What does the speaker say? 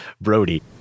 Brody